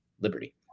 Liberty